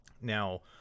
now